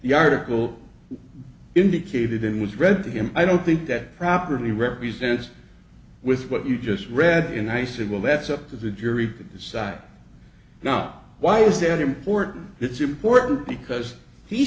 the article indicated and was read to him i don't think that properly represents with what you just read and i said well that's up to the jury to decide not while said important it's important because he